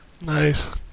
Nice